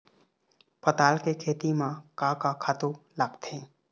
पताल के खेती म का का खातू लागथे?